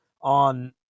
on